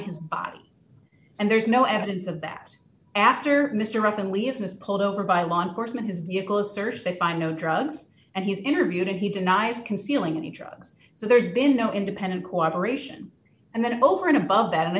his body and there's no evidence of that after mr repton we haven't pulled over by law enforcement his vehicle is searched that i know drugs and he's interviewed and he denies concealing any drugs so there's been no independent cooperation and that over and above that and i